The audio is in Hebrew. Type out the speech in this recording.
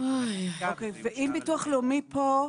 אם ביטוח לאומי פה,